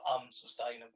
unsustainable